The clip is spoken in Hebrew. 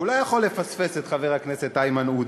והוא לא יכול היה לפספס את חבר הכנסת איימן עודה,